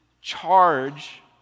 charge